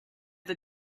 the